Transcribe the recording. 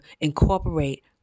incorporate